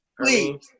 please